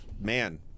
Man